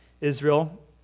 Israel